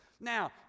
now